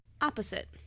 opposite